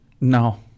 No